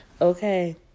Okay